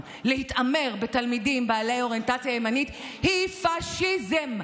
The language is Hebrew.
להתעמר בתלמידים בעלי אוריינטציה ימנית היא פשיזם.